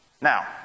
Now